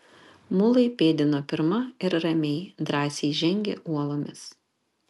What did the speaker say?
mulai pėdino pirma ir ramiai drąsiai žengė uolomis